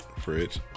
Fridge